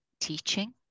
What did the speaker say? teaching